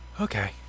okay